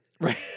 Right